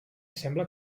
sembla